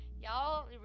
Y'all